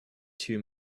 two